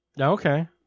Okay